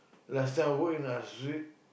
last time work in